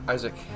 Isaac